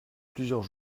plusieurs